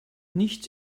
nichts